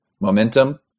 momentum